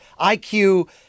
IQ